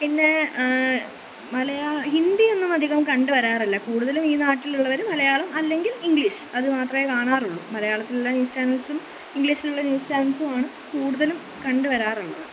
പിന്നെ മലയാളം ഹിന്ദിയൊന്നുമധികം കണ്ടുവരാറില്ല കൂടുതലും ഈ നാട്ടിലുള്ളവർ മലയാളം അല്ലെങ്കിൽ ഇംഗ്ലീഷ് അത് മാത്രമേ കാണാറുള്ളു മലയാളത്തിലുള്ള ന്യൂസ് ചാനല്സും ഇംഗ്ലീഷിലുള്ള ന്യൂസ് ചാനല്സുമാണ് കൂടുതലും കണ്ടുവരാറുള്ളത്